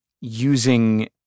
using